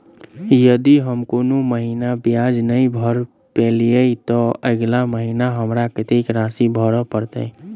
यदि हम कोनो महीना ब्याज नहि भर पेलीअइ, तऽ अगिला महीना हमरा कत्तेक राशि भर पड़तय?